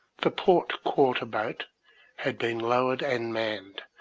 the port quarter-boat had been lowered and manned,